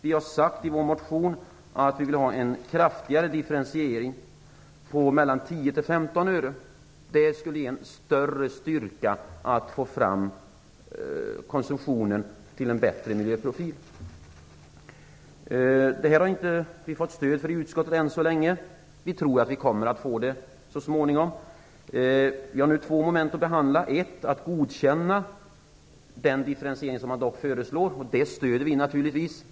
Vi har sagt i vår motion att vi vill ha en kraftigare differentiering på 10-15 öre. Det skulle ge en större styrka för att få över konsumtionen till en bättre miljöprofil. Vi har inte fått stöd för det i utskottet än så länge. Vi tror att vi kommer att få det så småningom. Vi har nu två moment att behandla. Det första är att godkänna den differentiering som föreslås. Det stöder vi naturligtvis.